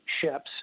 ships